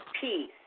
peace